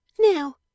Now